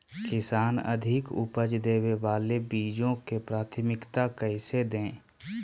किसान अधिक उपज देवे वाले बीजों के प्राथमिकता कैसे दे?